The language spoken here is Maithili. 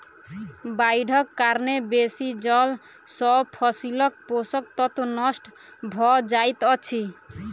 बाइढ़क कारणेँ बेसी जल सॅ फसीलक पोषक तत्व नष्ट भअ जाइत अछि